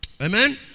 Amen